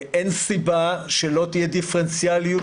אין סיבה שלא תהיה דיפרנציאליות,